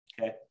okay